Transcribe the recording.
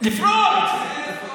לפרוץ.